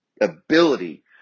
ability